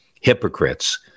hypocrites